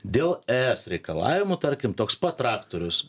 dėl es reikalavimų tarkim toks pat traktorius